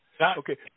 Okay